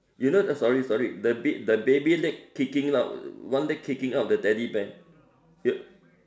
you know sorry sorry the ba~ the baby leg kicking out one leg kicking out the teddy bear